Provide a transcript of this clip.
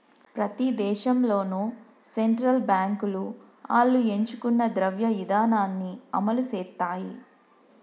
ప్రతి దేశంలోనూ సెంట్రల్ బాంకులు ఆళ్లు ఎంచుకున్న ద్రవ్య ఇదానాన్ని అమలుసేత్తాయి